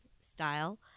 style